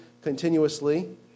continuously